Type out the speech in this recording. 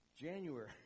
January